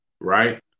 right